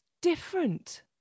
different